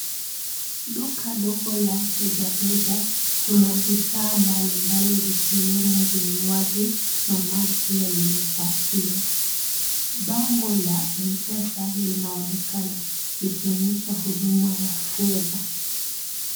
Duka ndogo la rejareja kuna bidhaa mbalimbali zikiwemo vinywaji na maji yaliyopakiwa. Bango la Mpesa linaonekana likionyesha huduma ya fedha.